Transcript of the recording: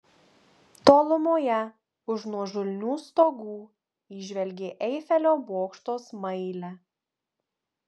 tolumoje už nuožulnių stogų įžvelgė eifelio bokšto smailę